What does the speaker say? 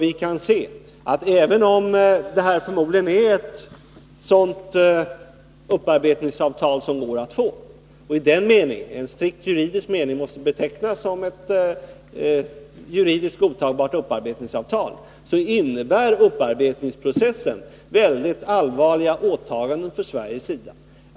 Det är förmodligen ett sådant upparbetningsavtal som går att få och som i strikt juridisk mening också måste betecknas som ett godtagbart upparbetningsavtal, men vi kan konstatera att det när det gäller upparbetningsprocessen innebär väldigt allvarliga åtaganden från Sveriges sida.